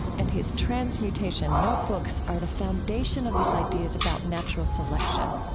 and his transmutation notebooks are the foundation of his ideas about natural selection.